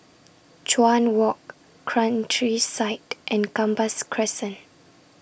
Chuan Walk Countryside and Gambas Crescent